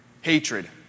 hatred